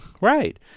Right